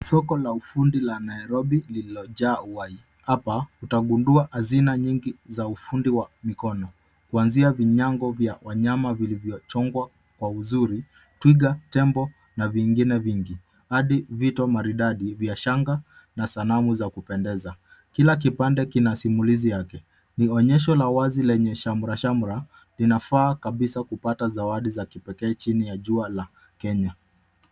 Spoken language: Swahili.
Soko la ufundi la Nairobi limejaa watu. Hapa, utagundua hazina nyingi za ufundi wa mikono, kuanzia vinyago vya wanyama vilivyochongwa kwa uzuri kama twiga, tembo na vingine vingi, hadi vito maridadi vya shanga na sanamu za kupendeza. Kila kipande kina simulizi yake. Ni maonyesho ya wazi yenye shamrashamra, yanayofaa kabisa kupata zawadi za kipekee za utambulisho wa Kenya.